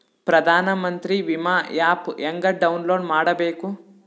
ಪ್ರಧಾನಮಂತ್ರಿ ವಿಮಾ ಆ್ಯಪ್ ಹೆಂಗ ಡೌನ್ಲೋಡ್ ಮಾಡಬೇಕು?